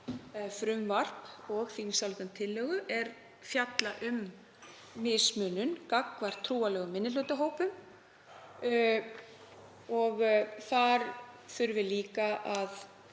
frumvarp og þingsályktunartillögu er fjalla um mismunun gagnvart trúarlegum minnihlutahópum og þar þurfum við líka að